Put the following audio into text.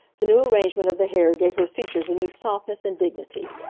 the new arrangement of the hair gave her features a new softness and dignity.